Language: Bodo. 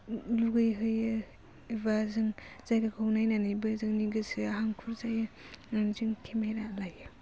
लुगैहैयो एबा जों जायगाखौ नायनानैबो जोंनि गोसोआ हांखुर जायो जों केमेरा लायो